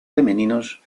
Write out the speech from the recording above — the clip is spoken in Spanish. femeninos